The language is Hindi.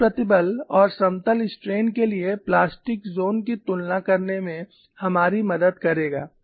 समतल प्रतिबल और समतल स्ट्रेन के लिए प्लास्टिक जोन की तुलना करने में हमारी मदद करेगा